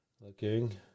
looking